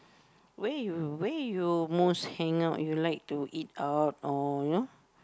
where you where you most hang out you like to eat out or you know